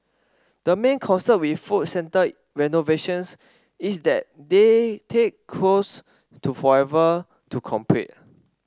the main concern with food centre renovations is that they take close to forever to complete